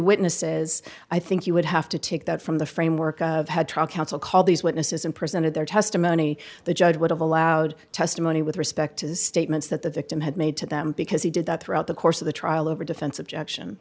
witnesses i think you would have to take that from the framework of how trial counsel called these witnesses and presented their testimony the judge would have allowed testimony with respect to the statements that the victim had made to them because he did that throughout the course of the trial over defense objection